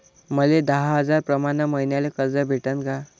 मले दहा हजार प्रमाण मईन्याले कर्ज भेटन का?